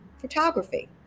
photography